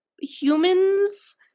humans